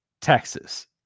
Texas